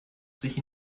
sich